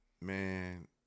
Man